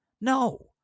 No